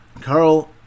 Carl